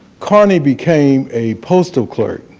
carney became a postal clerk.